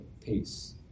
peace